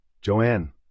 Joanne